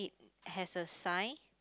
has a sign